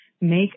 make